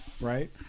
right